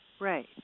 right